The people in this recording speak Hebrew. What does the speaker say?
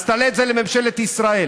אז תעלה את זה לממשלת ישראל,